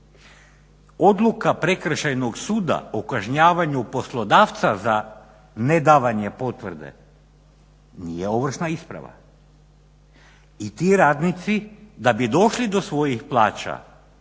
Odluka prekršajnog suda o kažnjavanju poslodavca za nedavanje potvrde nije ovršna isprava, i ti radnici da bi došli do svojih plaća